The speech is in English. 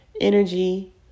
energy